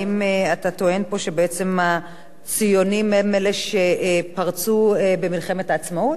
האם אתה טוען פה שבעצם הציונים הם אלה שפתחו במלחמת העצמאות?